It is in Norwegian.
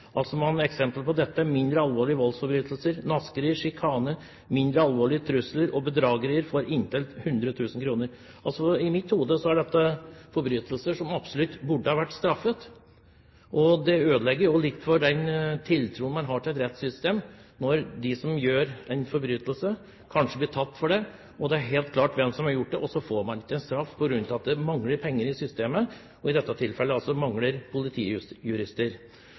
Eksempler på dette er altså mindre alvorlige voldsforbrytelser, naskeri, sjikane, mindre alvorlige trusler og bedragerier for inntil 300 000 kroner. I mitt hode er dette forbrytelser som absolutt burde ha vært straffet. Det ødelegger jo litt for den tiltroen man skal ha til et rettssystem, når de som begår en forbrytelse, kanskje blir tatt for det – og det er helt klart hvem som har gjort det – men ikke får straff på grunn av at det mangler penger i systemet, og, som i dette tilfellet, at det mangler